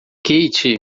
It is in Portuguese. katie